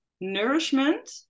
nourishment